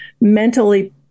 mentally